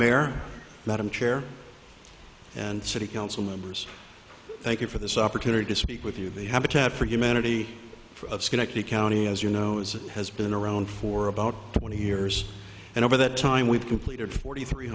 they are not i'm sure and city council members thank you for this opportunity to speak with you the habitat for humanity for of schenectady county as you know is it has been around for about twenty years and over that time we've completed forty three